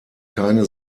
keine